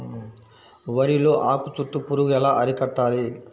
వరిలో ఆకు చుట్టూ పురుగు ఎలా అరికట్టాలి?